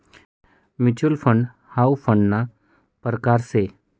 mutual fund हाउ फंडना परकार शे